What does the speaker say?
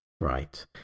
Right